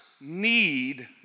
need